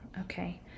Okay